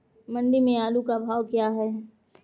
मंडी में आलू का भाव क्या है?